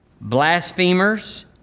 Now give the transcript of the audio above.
blasphemers